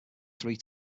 three